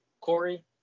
Corey